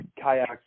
kayak